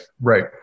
right